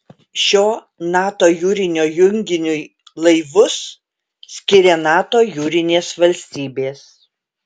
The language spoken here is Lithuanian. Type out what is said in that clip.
šio nato jūrinio junginiui laivus skiria nato jūrinės valstybės